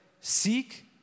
seek